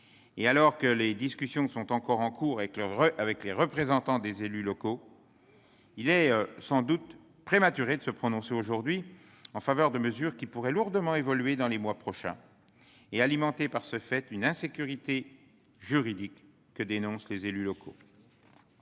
et alors que les discussions sont encore en cours avec les représentants des élus locaux, il est sans doute prématuré de se prononcer en faveur de mesures qui pourraient fortement évoluer dans les prochains mois. Cela alimenterait une insécurité juridique que dénoncent les élus locaux.